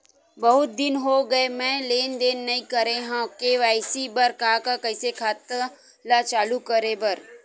बहुत दिन हो गए मैं लेनदेन नई करे हाव के.वाई.सी बर का का कइसे खाता ला चालू करेबर?